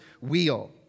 wheel